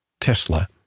Tesla